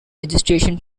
registration